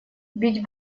бить